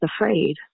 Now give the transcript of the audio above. afraid